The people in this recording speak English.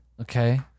okay